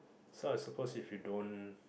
so I suppose if you don't